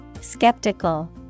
Skeptical